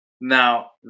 Now